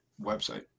website